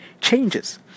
changes